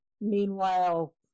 meanwhile